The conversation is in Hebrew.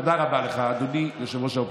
תודה רבה לך, אדוני ראש האופוזיציה.